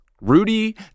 Rudy